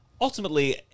Ultimately